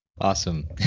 Awesome